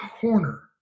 corner